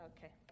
Okay